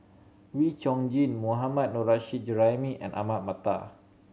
Wee Chong Jin Mohammad Nurrasyid Juraimi and Ahmad Mattar